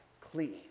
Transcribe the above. clean